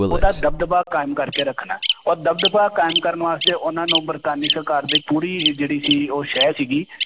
ਉਹਦਾ ਦਬਦਬਾ ਕਾਇਮ ਕਰਕੇ ਰੱਖਣਾ ਔਰ ਦਬਦਬਾ ਕਾਇਮ ਕਰਨ ਵਾਸਤੇ ਉਹਨਾਂ ਨੂੰ ਬਰਤਾਨੀ ਸਰਕਾਰ ਦੀ ਪੂਰੀ ਜਿਹੜੀ ਸੀ ਉਹ ਸ਼ਹਿ ਸੀਗੀ